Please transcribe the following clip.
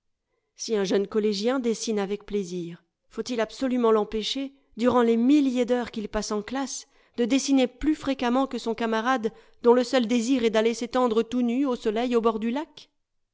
si un jeune collégien dessine avec plaisir faut-il absolument l'empêcher durant les milliers d'heures qu'il passe en classe de dessiner plus fréquemment que son camarade dont le seul désir est d'aller s'étendre tout nu au soleil au bord du lac